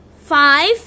five